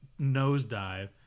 nosedive